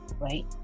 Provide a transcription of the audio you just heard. right